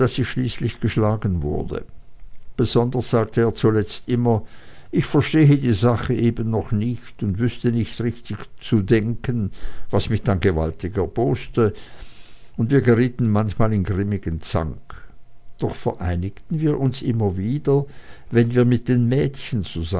ich schließlich geschlagen wurde besonders sagte er zuletzt immer ich verstehe eben die sache noch nicht und wüßte nicht richtig zu denken was mich dann gewaltig erboste und wir gerieten manchmal in grimmigen zank doch vereinigten wir uns immer wieder wenn wir mit den mädchen